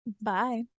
Bye